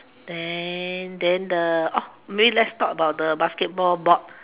then then the oh maybe let's talk about the basketball board